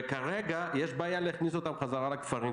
כרגע יש בעיה להכניס אותם חזרה לכפרים,